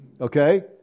Okay